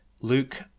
Luke